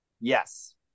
Yes